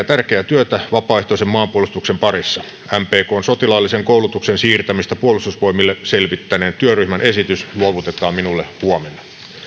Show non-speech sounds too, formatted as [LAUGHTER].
[UNINTELLIGIBLE] tärkeää työtä vapaaehtoisen maanpuolustuksen parissa mpkn sotilaallisen koulutuksen siirtämistä puolustusvoimille selvittäneen työryhmän esitys luovutetaan minulle huomenna